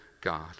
God